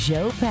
Joe